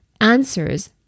answers